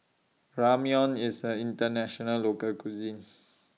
Ramyeon IS A International Local Cuisine